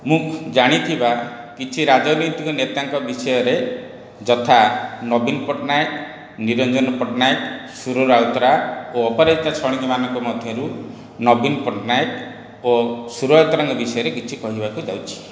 ମୁଁ ଜାଣିଥିବା କିଛି ରାଜନୈତିକ ନେତାଙ୍କ ବିଷୟରେ ଯଥା ନବୀନ ପଟ୍ଟନାୟକ ନିରଞ୍ଜନ ପଟ୍ଟନାୟକ ସୁର ରାଉତରାୟ ଓ ଅପରାଜିତା ଷଡ଼ଙ୍ଗୀ ମାନଙ୍କ ମଧ୍ୟରୁ ନବୀନ ପଟ୍ଟନାୟକ ଓ ସୁର ରାଉତରାୟଙ୍କ ବିଷୟରେ କିଛି କହିବାକୁ ଯାଉଛି